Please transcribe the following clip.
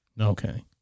Okay